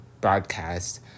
broadcast